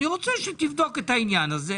אני רוצה שתבדוק את העניין הזה,